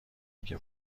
میگه